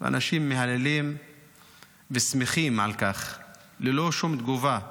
אנשים מהללים ושמחים על כך, ללא שום תגובה.